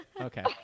okay